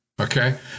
okay